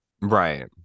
Right